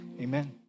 Amen